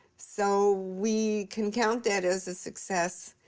so we can count that as a success,